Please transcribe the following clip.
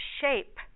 shape